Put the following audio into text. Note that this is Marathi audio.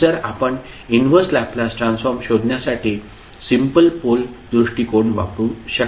तर आपण इनव्हर्स लॅपलास ट्रान्सफॉर्म शोधण्यासाठी सिम्पल पोल दृष्टिकोण वापरू शकता